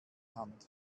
hand